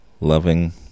loving